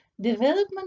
development